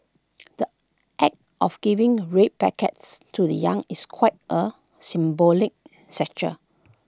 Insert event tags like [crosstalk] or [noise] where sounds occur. the act of giving red packets to the young is quite A symbolic [unintelligible]